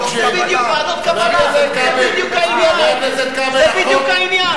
זה בדיוק ועדות קבלה, זה בדיוק העניין.